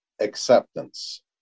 acceptance